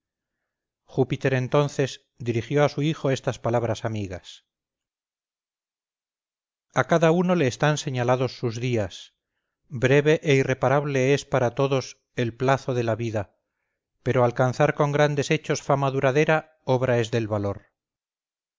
júpiter entonces dirigió a su hijo estas palabras amigas a cada uno le están señalados sus días breve e irreparable es para todos el plazo de la vida pero alcanzar con grandes hechos fama duradera obra es del valor